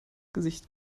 gesicht